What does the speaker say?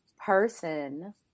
person